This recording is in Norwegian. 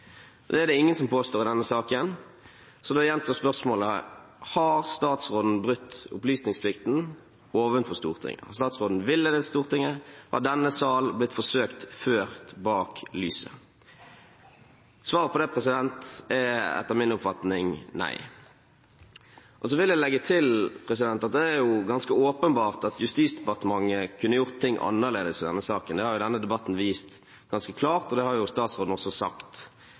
Det er det ingen som påstår i denne saken, så da gjenstår spørsmålet: Har statsråden brutt opplysningsplikten overfor Stortinget? Har statsråden villedet Stortinget? Har denne sal blitt forsøkt ført bak lyset? Svaret på det er etter min oppfatning nei. Jeg vil legge til at det er ganske åpenbart at Justis- og beredskapsdepartementet kunne gjort ting annerledes i denne saken. Det har denne debatten vist ganske klart, og det har statsråden også sagt.